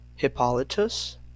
Hippolytus